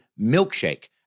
milkshake